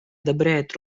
одобряет